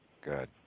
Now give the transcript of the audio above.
good